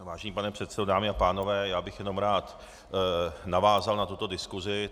Vážený pane předsedo, dámy a pánové, já bych jenom rád navázal na tuto diskusi.